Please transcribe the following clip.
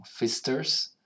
fisters